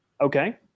Okay